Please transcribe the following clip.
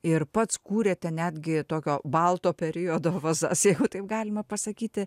ir pats kūrėte netgi tokio balto periodo vazas jeigu taip galima pasakyti